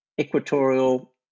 equatorial